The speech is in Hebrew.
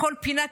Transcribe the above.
בכל פינה,